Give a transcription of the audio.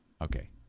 Okay